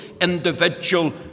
individual